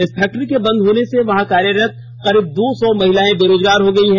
इस फैक्ट्री के बंद होने से वहां कार्यरत करीब दो सौ महिलाएं बेरोजगार हो गई है